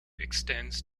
extends